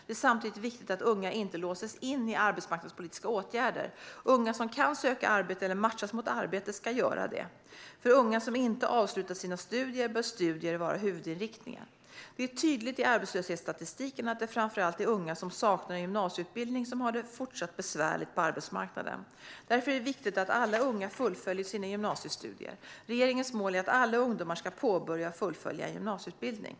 Det är samtidigt viktigt att unga inte låses in i arbetsmarknadspolitiska åtgärder. Unga som kan söka arbete eller matchas mot arbete ska göra det. För unga som inte avslutat sina studier bör studier vara huvudinriktningen. Det är tydligt i arbetslöshetsstatistiken att det framför allt är unga som saknar en gymnasieutbildning som har det fortsatt besvärligt på arbetsmarknaden. Därför är det viktigt att alla unga fullföljer sina gymnasiestudier. Regeringens mål är att alla ungdomar ska påbörja och fullfölja en gymnasieutbildning.